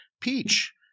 peach